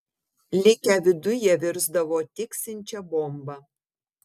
likę viduj jie virsdavo tiksinčia bomba